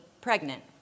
pregnant